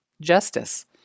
Justice